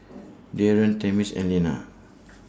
Darrion Tamia's and Lenna